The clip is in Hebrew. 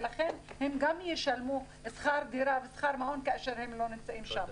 ולכן הם גם ישלמו שכר דירה ושכר מעונות כאשר הם לא נמצאים שם.